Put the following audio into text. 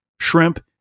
shrimp